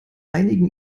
einigen